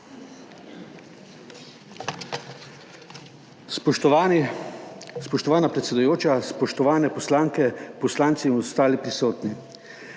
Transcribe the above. Spoštovana predsedujoča, spoštovane poslanke, poslanci in ostali prisotni!